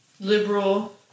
liberal